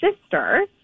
sister